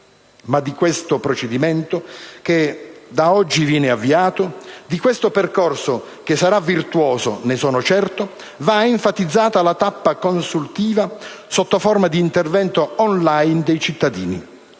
Ma di questo procedimento che da oggi viene avviato, di questo percorso, che sarà virtuoso, ne sono certo, va enfatizzata la tappa consultiva sotto forma di intervento *on line* dei cittadini.